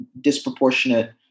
disproportionate